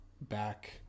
back